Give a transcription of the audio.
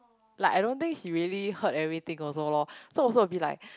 like I don't think she really heard everything also lor so also a bit like